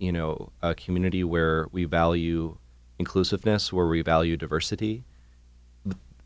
you know a community where we value inclusiveness were revalue diversity